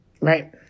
Right